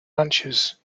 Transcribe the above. ranches